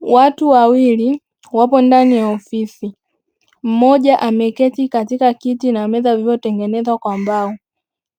Watu wawili wapo ndani ya ofisi, mmoja ameketi katika kiti na meza vilivyotengenezwa kwa mbao